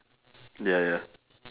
ya ya